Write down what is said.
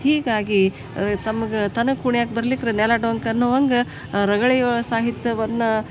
ಹೀಗಾಗಿ ರ ತಮ್ಗೆ ತನಗೆ ಕುಣಿಯಕ್ಕ ಬರ್ಲಿಕ್ರ ನೆಲ ಡೊಂಕು ಅನ್ನು ಹಂಗ ರಗಳೆಯೊಳ ಸಾಹಿತ್ಯವನ್ನು